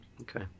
Okay